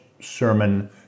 sermon